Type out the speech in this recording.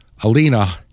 Alina